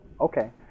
okay